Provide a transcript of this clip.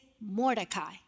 Mordecai